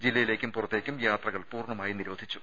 ജില്ലയിലേക്കും പുറത്തേക്കും യാത്രകൾ പൂർണമായി നിരോധിച്ചു